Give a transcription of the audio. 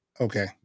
Okay